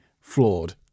flawed